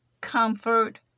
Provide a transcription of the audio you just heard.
comfort